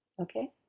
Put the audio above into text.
Okay